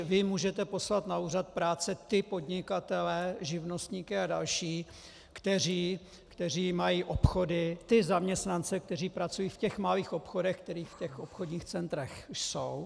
Vy můžete poslat na úřad práce ty podnikatele, živnostníky a další, kteří mají obchody, ty zaměstnance, kteří pracují v těch malých obchodech, které v obchodních centrech jsou.